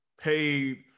paid